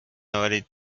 worried